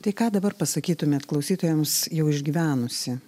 tai ką dabar pasakytumėt klausytojams jau išgyvenusi